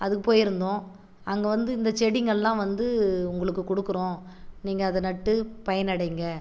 அதுக்கு போயிருந்தோம் அங்கே வந்து இந்த செடிங்களாக வந்து உங்களுக்கு கொடுக்குறோம் நீங்கள் அதை நட்டு பயன் அடைங்க